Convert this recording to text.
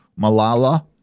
Malala